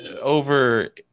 over